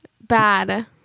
Bad